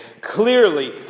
Clearly